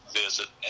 visit